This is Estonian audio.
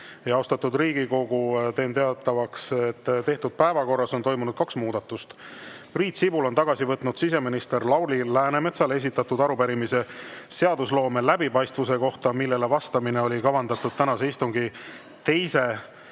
Austatud Riigikogu! Teen teatavaks, et tehtud päevakorras on toimunud kaks muudatust. Priit Sibul on tagasi võtnud siseminister Lauri Läänemetsale esitatud arupärimise seadusloome läbipaistvuse kohta, millele vastamine oli kavandatud tänase istungi teiseks